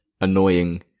annoying